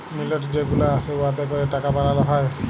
মিল্ট যে গুলা আসে উয়াতে ক্যরে টাকা বালাল হ্যয়